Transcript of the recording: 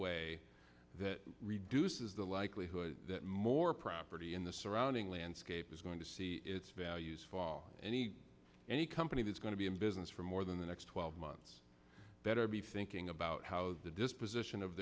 way that reduces the likelihood that more property in the surrounding landscape is going to see its values fall any any company that's going to be in business for more than the next twelve months better be thinking about how the disposition of